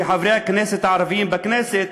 חברי הכנסת הערבים בכנסת,